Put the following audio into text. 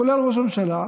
כולל ראש ממשלה,